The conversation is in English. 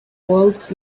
words